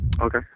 Okay